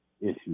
issues